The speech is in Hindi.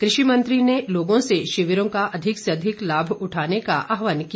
कृषि मंत्री से शिविरों का अधिक से अधिक लाभ उठाने का आहवान किया